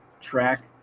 track